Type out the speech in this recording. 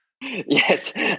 Yes